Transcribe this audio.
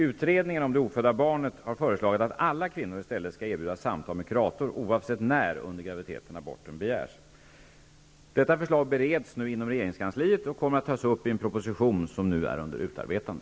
Utredningen om det ofödda barnet har föreslagit att alla kvinnor i stället skall erbjudas samtal med kurator oavsett när under graviditeten aborten begärs. Detta förslag bereds nu inom regeringskansliet och kommer att tas upp i en proposition som nu är under utarbetande.